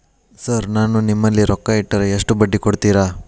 Sir ನಾನು ನಿಮ್ಮಲ್ಲಿ ರೊಕ್ಕ ಇಟ್ಟರ ಎಷ್ಟು ಬಡ್ಡಿ ಕೊಡುತೇರಾ?